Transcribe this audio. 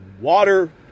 Water